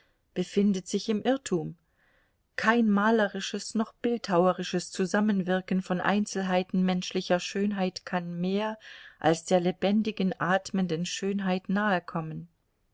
befindet sich im irrtum kein malerisches noch bildhauerisches zusammenwirken von einzelheiten menschlicher schönheit kann mehr als der lebendigen atmenden schönheit nahe kommen